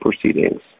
proceedings